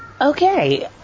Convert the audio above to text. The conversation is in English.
Okay